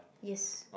yes